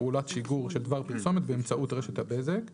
פעולת שיגור של דבר פרסומת באמצעות רשת הבזק";